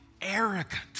arrogant